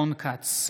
רון כץ,